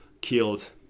killed